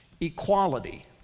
equality